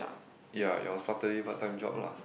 ya your Saturday part time job lah